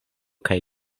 kaj